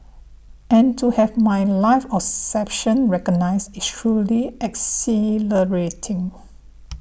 and to have my life's recognised is truly exhilarating